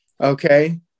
okay